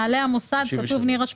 למה לתת להם רק לשנה?